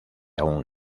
aún